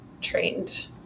trained